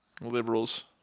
Liberals